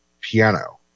Piano